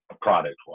product